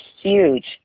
huge